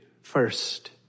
first